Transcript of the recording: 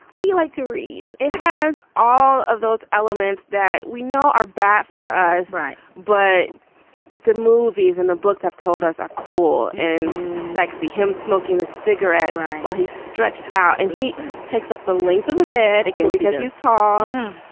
what do you like to read? it has all of those elements that we know are bad for us. right. but the movies and the books have told us a cool and sexy him smoking a cigarette while he's stretched out and eaten takes up the length of the bed again because he's hot.